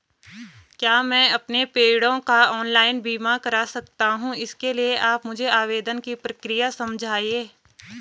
क्या मैं अपने पेड़ों का ऑनलाइन बीमा करा सकता हूँ इसके लिए आप मुझे आवेदन की प्रक्रिया समझाइए?